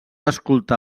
escoltar